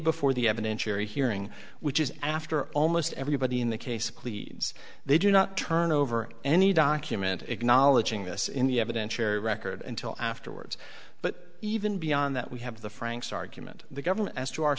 before the evidence you're hearing which is after almost everybody in the case pleads they do not turn over any document acknowledging this in the evidence cherry record until afterwards but even beyond that we have the franks argument the government as to our